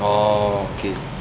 oh okay